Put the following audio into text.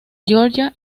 georgia